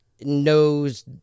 knows